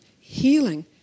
healing